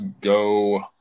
go